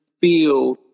feel